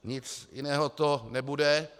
Nic jiného to nebude.